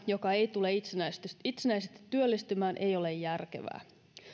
joka ei tule itsenäisesti työllistymään ei ole järkevää